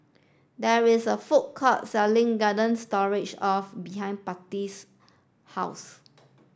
there is a food court selling Garden Stroganoff behind Patty's house